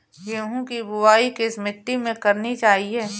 गेहूँ की बुवाई किस मिट्टी में करनी चाहिए?